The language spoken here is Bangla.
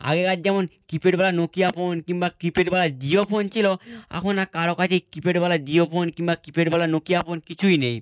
আগেকার যেমন কীপ্যাডওয়ালা নোকিয়া ফোন কিংবা কীপ্যাডওয়ালা জিও ফোন ছিল এখন আর কারও কাছেই কীপ্যাডওয়ালা জিও ফোন কিংবা কীপ্যাডওয়ালা নোকিয়া ফোন কিছুই নেই